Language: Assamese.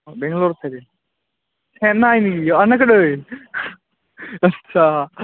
অঁ বেঙ্গল'ৰত থাকে ফেন নাই নেকি অহা নাছিলোঁৱেই আচ্ছা